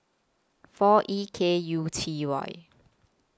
four E K U T Y